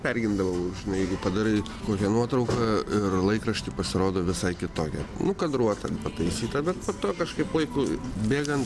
perimdavau žinai jeigu padarai kokia nuotrauka ir laikrašty pasirodo visai kitokia nu kadruotė pataisyta bet po to kažkaip laikui bėgant